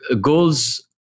goals